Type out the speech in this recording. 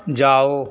जाओ